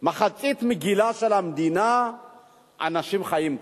מחצית מגילה של המדינה אנשים חיים כאן.